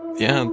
yeah.